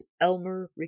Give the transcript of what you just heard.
Elmer